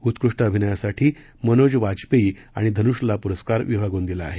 उत्कृष्ट अभिनयासाठी मनोज वाजपेयी आणि धनुषला पुरस्कार विभागून देण्यात आला आहे